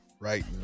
Right